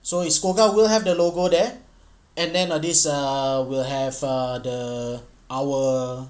so is SCOGA will have the logo there and then err this err will have err the our